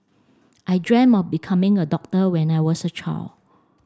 I dreamt of becoming a doctor when I was a child